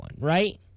right